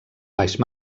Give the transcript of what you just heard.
baix